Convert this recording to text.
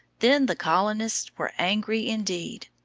then the colonists were angry indeed.